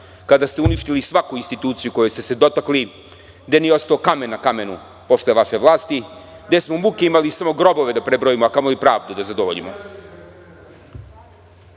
kada ste uništili svaku instituciju koje ste se dotakli, gde nije ostao kamen na kamenu posle vaše vlasti, gde smo muke imali samo grobove da prebrojimo, a kamoli pravdu da zadovoljimo.(Narodni